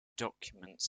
documents